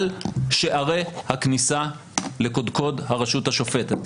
על שערי הכניסה לקודקוד הרשות השופטת,